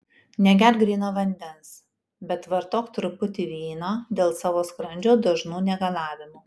negerk gryno vandens bet vartok truputį vyno dėl savo skrandžio dažnų negalavimų